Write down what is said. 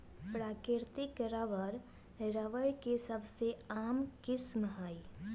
प्राकृतिक rubber, rubber के सबसे आम किस्म हई